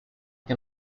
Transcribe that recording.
can